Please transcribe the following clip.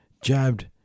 jabbed